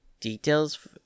details